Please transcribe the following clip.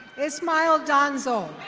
ismael donzo.